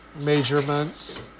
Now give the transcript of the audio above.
measurements